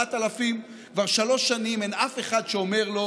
4000. כבר שלוש שנים אין אף אחד שאומר לו: